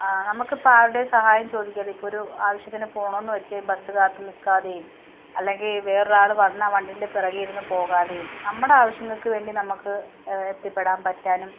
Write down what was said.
നമുക്ക് ഇപ്പം ആരുടെയും സഹായം ചോദിക്കാതെ ഇപ്പം ഒരു ആവശ്യത്തിന് പോകണമെന്ന് വെച്ച് ബസ്സ് കാത്ത് നിൽക്കാതെയും അല്ലെങ്കിൽ വേറൊരാൾ വന്ന വണ്ടിൻ്റെ പുറകിൽ ഇരുന്ന് പോകാതെയും നമ്മുടെ ആവശ്യങ്ങൾക്ക് വേണ്ടി നമുക്ക് എത്തിപ്പെടാൻ പറ്റാനും